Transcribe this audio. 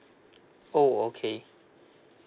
oh okay